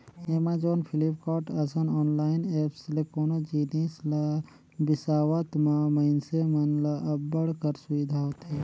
Amazon, Flipkart, असन online apps ले कोनो जिनिस ल बिसावत म मइनसे मन ल अब्बड़ कर सुबिधा होथे